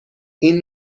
این